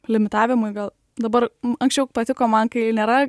limitavimui gal dabar anksčiau patiko man kai nėra